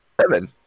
Seven